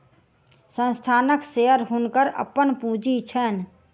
संस्थानक शेयर हुनकर अपन पूंजी छैन